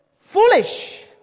Foolish